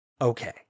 Okay